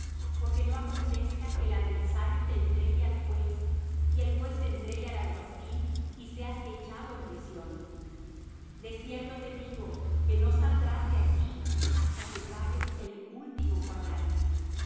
porque no acontezca que el adversario te entregue al juez y el juez te entregue al alguacil y seas echado en prisión de cierto te digo que no saldrás de allí hasta que pagues el último cuadrante